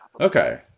okay